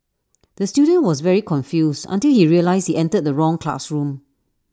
the student was very confused until he realised he entered the wrong classroom